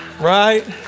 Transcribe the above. right